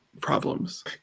problems